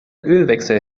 ölwechsel